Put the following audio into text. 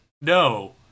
no